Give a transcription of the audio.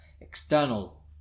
external